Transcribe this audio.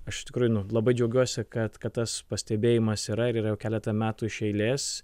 aš iš tikrųjų labai džiaugiuosi kad kad tas pastebėjimas yra ir yra jau keletą metų iš eilės